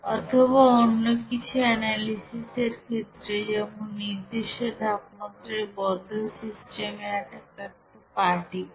অথবা কিছু অন্য অ্যানালিসিস এর ক্ষেত্রে যেমন নির্দিষ্ট তাপমাত্রায় বদ্ধ সিস্টেমে একটা পার্টিকেল